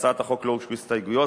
להצעת החוק לא הוגשו הסתייגויות,